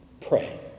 Pray